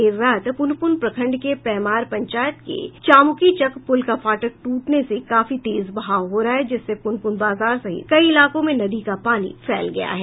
देर रात पुनपुन प्रखंड के पैमार पंचायत के चामुकीचक पुल का फाटक टूटने से काफी तेज बहाव हो रहा है जिससे पुनपुन बाजार सहित कई इलाकों में नदी का पानी फैल गया है